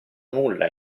nulla